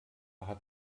hat